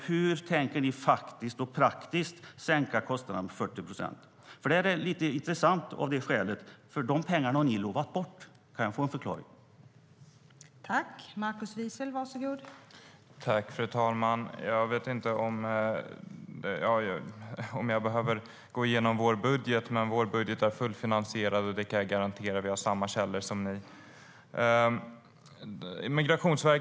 Hur tänker ni faktiskt och praktiskt sänka kostnaden med 40 procent?